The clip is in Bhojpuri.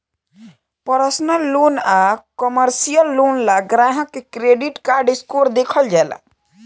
पर्सनल लोन आ कमर्शियल लोन ला ग्राहक के क्रेडिट स्कोर देखल जाला